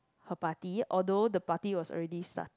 her party although the party was already started